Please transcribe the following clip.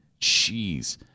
Jeez